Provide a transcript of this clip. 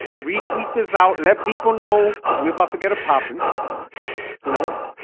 retweet this out. let people know we're about to get it popping you know,